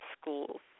schools